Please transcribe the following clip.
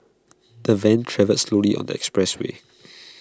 the van travelled slowly on the expressway